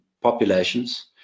populations